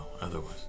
otherwise